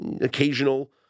occasional